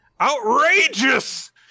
Outrageous